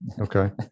Okay